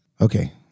Okay